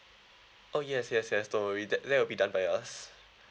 oh yes yes yes don't worry that that will be done by us